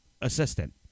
assistant